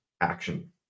action